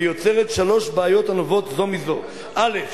ויוצרת שלוש בעיות הנובעות זו מזו: א.